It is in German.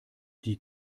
die